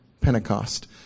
Pentecost